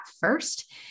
first